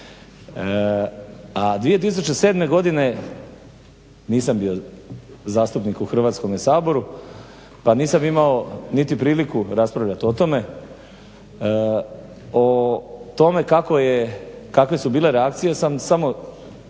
A 2007. godine nisam bio zastupnik u Hrvatskome saboru pa nisam imao niti priliku raspravljati o tome. O tome kakve su bile reakcije sam samo